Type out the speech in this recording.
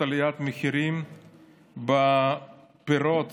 וירקות, הפירות